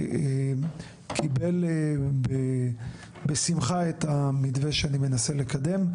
שקיבל בשמחה את המתווה שאני מנסה לקדם,